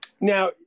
Now